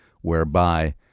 whereby